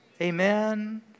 Amen